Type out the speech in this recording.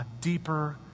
deeper